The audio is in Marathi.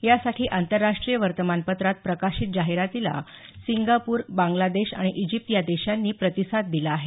यासाठी आंतरराष्ट्रीय वर्तमानपत्रात प्रकाशित जाहिरातीला सिंगापूर बांगलादेश आणि इजिप्त या देशांनी प्रतिसाद दिला आहे